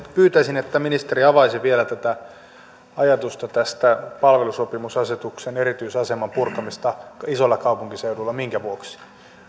pyytäisin että ministeri avaisi vielä tätä ajatusta tästä palvelusopimusasetuksen erityisaseman purkamisesta isoilla kaupunkiseuduilla minkä vuoksi